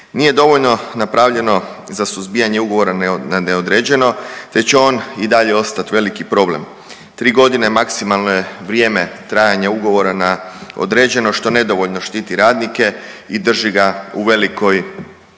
Nije dovoljno napravljeno za suzbijanje ugovora na neodređeno te će on i dalje ostati veliki problem. 3 godine maksimalno je vrijeme trajanja ugovora na određeno što nedovoljno štiti radnike i drži ga u velikoj